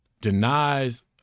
denies